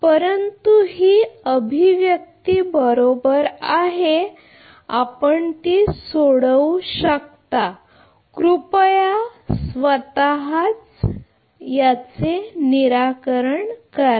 परंतु ही अभिव्यक्ती बरोबर आहे आपण ती सोडवू शकता कृपया स्वतः निराकरण करा